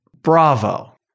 bravo